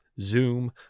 Zoom